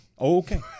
Okay